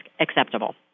acceptable